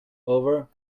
over